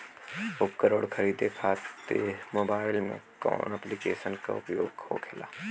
उपकरण खरीदे खाते मोबाइल में कौन ऐप्लिकेशन का उपयोग होखेला?